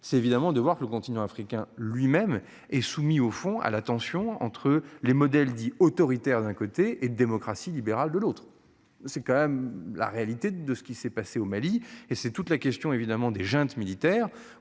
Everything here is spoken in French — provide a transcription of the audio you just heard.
c'est évidemment de voir que le continent africain lui-même est soumis au fond à la tension entre les modèles dit autoritaire d'un côté et de démocratie libérale, de l'autre. C'est quand même la réalité de ce qui s'est passé au Mali et c'est toute la question évidemment des juntes militaires